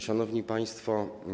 Szanowni Państwo!